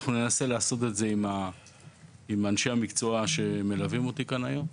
אנחנו ננסה לעשות את זה עם אנשי המקצוע שמלווים אותי כאן היום.